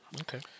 Okay